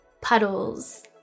puddles